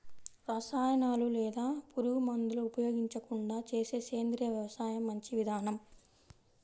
రసాయనాలు లేదా పురుగుమందులు ఉపయోగించకుండా చేసే సేంద్రియ వ్యవసాయం మంచి విధానం